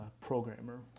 programmer